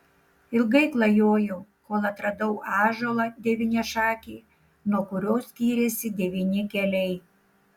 ilgai klajojau kol atradau ąžuolą devyniašakį nuo kurio skyrėsi devyni keliai